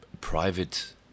private